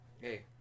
hey